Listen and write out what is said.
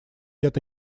это